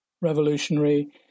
revolutionary